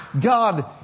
God